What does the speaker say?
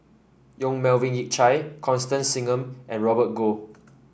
Yong Melvin Yik Chye Constance Singam and Robert Goh